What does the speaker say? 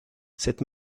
cette